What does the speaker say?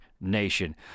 Nation